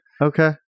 Okay